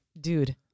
dude